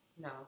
No